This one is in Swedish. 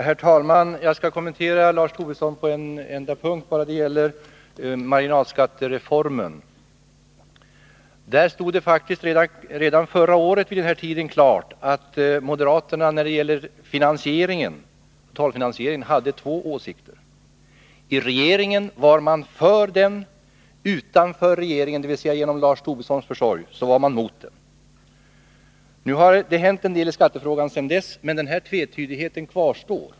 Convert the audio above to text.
Herr talman! Jag skall kommentera Lars Tobissons anförande bara på en enda punkt, den som gäller marginalskattereformen. Där stod det faktiskt redan förra året vid den här tiden klart att moderaterna när det gäller totalfinansieringen hade två åsikter. I regeringen var man för den — utanför regeringen, dvs. genom Lars Tobissons försorg, var man mot den. Nu har det hänt en del i skattefrågan sedan dess, men denna tvetydighet kvarstår.